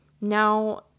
now